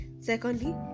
Secondly